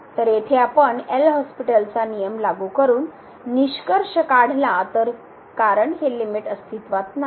तर येथे आपण एल हॉस्पिटलचा नियम लागू करून निष्कर्ष काढला तर कारण हे लिमिट अस्तित्त्वात नाही